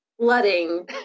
flooding